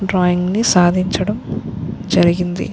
డ్రాయింగ్ని సాధించడం జరిగింది